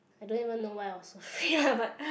I don't even know why I was so fit lah but